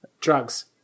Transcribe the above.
Drugs